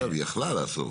היא יכולה לאסוף.